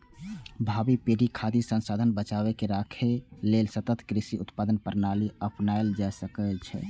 भावी पीढ़ी खातिर संसाधन बचाके राखै लेल सतत कृषि उत्पादन प्रणाली अपनाएल जा रहल छै